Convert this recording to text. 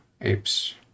apes